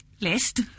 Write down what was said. list